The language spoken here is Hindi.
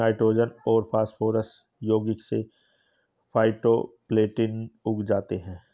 नाइट्रोजन और फास्फोरस यौगिक से फाइटोप्लैंक्टन उग जाते है